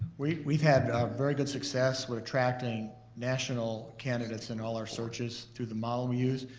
we've we've had very good success, we're attracting national candidates in all our searches through the modelmuse.